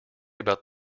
about